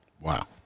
wow